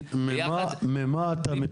יחד כדי למצוא --- על מה אתה מתלונן,